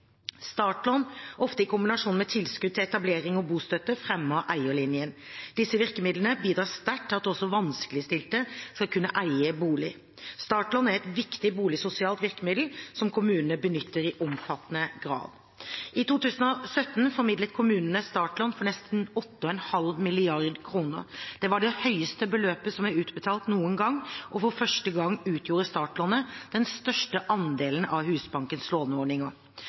Startlån, ofte i kombinasjon med tilskudd til etablering og bostøtte, fremmer eierlinjen. Disse virkemidlene bidrar sterkt til at også vanskeligstilte skal kunne eie bolig. Startlån er et viktig boligsosialt virkemiddel som kommunene benytter i omfattende grad. I 2017 formidlet kommunene startlån for nesten 8,5 mrd. kr. Det var det høyeste beløpet som er utbetalt noen gang, og for første gang utgjorde startlånet den største andelen av Husbankens låneordninger.